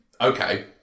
okay